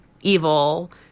evil